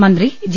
മന്ത്രി ജെ